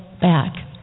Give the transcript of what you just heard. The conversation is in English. back